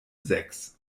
sechs